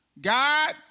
God